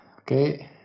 okay